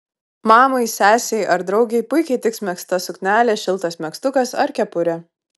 mamai sesei ar draugei puikiai tiks megzta suknelė šiltas megztukas ar kepurė